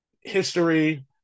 history